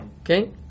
Okay